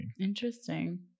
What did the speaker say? Interesting